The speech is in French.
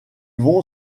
vont